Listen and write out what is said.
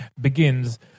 begins